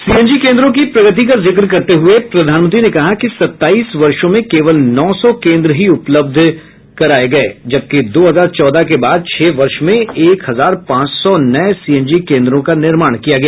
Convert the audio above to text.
CNG केन्द्रों की प्रगति का जिक्र करते हुए प्रधानमंत्री ने कहा कि सताईस वर्षों में केवल नौ सौ केन्द्र ही उपलब्ध कराए गए जबकि दो हजार चौदह के बाद छह वर्ष में एक हजार पांच सौ नए सीएनजी केन्द्रों का निर्माण किया गया